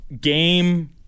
Game